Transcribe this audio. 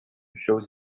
shows